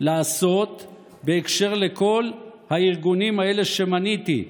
לעשות בהקשר לכל הארגונים האלה שמניתי?